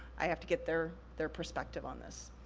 i have to get their their perspective on this.